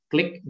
Click